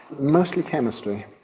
mostly chemistry.